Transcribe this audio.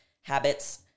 Habits